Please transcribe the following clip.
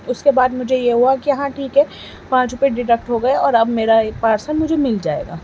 اس کے بعد مجھے یہ ہوا کہ ہاں ٹھیک ہے پانچ روپے ڈیڈکٹ ہو گئے اور اب میرا پارسل مجھے مل جائے گا